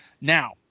Now